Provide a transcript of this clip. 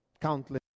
countless